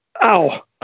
Ow